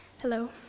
hello